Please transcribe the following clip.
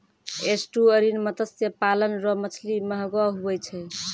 estuarine मत्स्य पालन रो मछली महगो हुवै छै